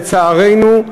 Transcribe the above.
לצערנו,